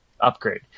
upgrade